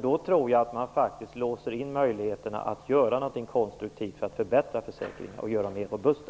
Då tror jag att man låser in möjligheterna att göra något konstruktivt för att förbättra försäkringarna och göra dem mer robusta.